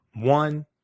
one